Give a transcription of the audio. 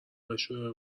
بشوره